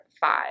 five